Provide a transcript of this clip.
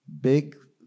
big